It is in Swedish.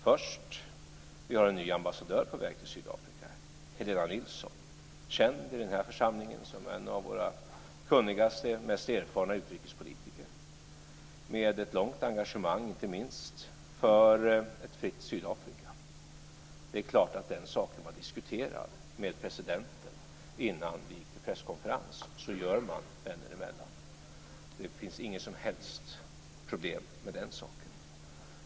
Först: Vi har en ny ambassadör på väg till Sydafrika, Helena Nilsson, känd i den här församlingen som en av våra kunnigaste och mest erfarna utrikespolitiker med ett långt engagemang inte minst för ett fritt Sydafrika. Det är klart att den saken var diskuterad med presidenten innan vi gick till presskonferens. Så gör man vänner emellan. Det finns inget som helst problem med den saken.